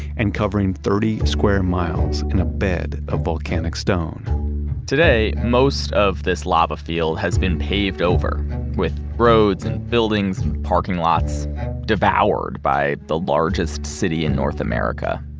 and covering thirty square miles in a bed of volcanic stone today, most of this lava field has been paved over with roads, and buildings, and parking lots devoured by the largest city in north america,